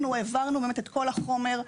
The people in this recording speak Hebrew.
אנחנו העברנו את כל החומר,